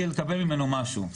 לקבל ממנו משהו.